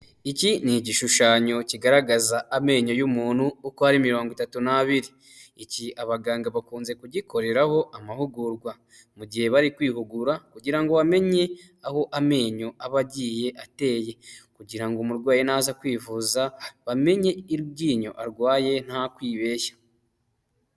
Iki ni igishushanyo kigaragaza amenyo y'umuntu uko ari mirongo itatu n'abiri, iki abaganga bakunze kugikoreraho amahugurwa, mu gihe bari kwihugura kugira ngo bamenye aho amenyo aba agiye ateye, kugira ngo umurwayi naza kwivuza bamenye iryinyo arwaye nta kwibeshya.